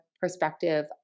perspective